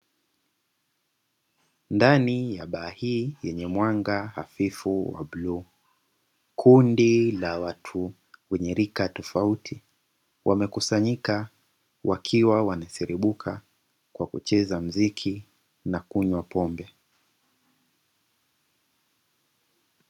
Ndani ya baa hii yenye mwanga hafifu wa bluu kundi la watu wenye rika tofauti, wamekusanyika wakiwa wanaserebuka kwa kucheza mziki na kunywa pombe.